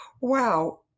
wow